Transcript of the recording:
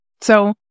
So-